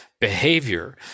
Behavior